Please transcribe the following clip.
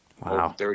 Wow